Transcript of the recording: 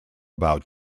about